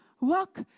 Walk